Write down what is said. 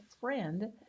friend